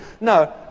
No